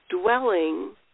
dwelling